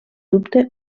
dubte